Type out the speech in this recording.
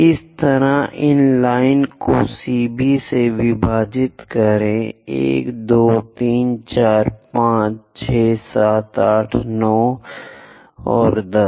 इसी तरह इस लाइन को CB भी विभाजित करें 1 2 3 4 5 6 7 8 9 और 10